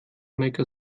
make